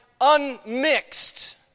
Unmixed